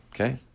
Okay